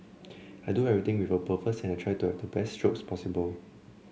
I do everything with a purpose and I try to have the best strokes as possible